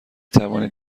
توانید